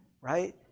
Right